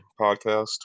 podcast